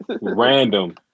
Random